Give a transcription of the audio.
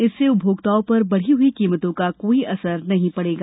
इससे उपभोक्ताओं पर बढ़ी हुई कीमतों का कोई असर नहीं पड़ेगा